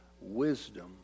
wisdom